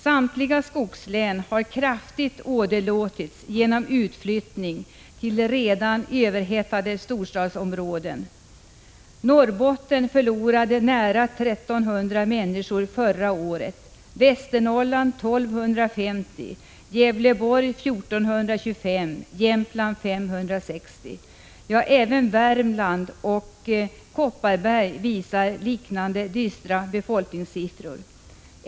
Samtliga skogslän har kraftigt åderlåtits genom utflyttning till de redan överhettade storstadsområdena. Norrbotten förlorade förra året nära 1 300 människor, Västernorrland 1 250, Gävleborg 1 425 och Jämtland 560. Ja, även för Värmland och Kopparberg redovisas liknande dystra befolkningssiffror.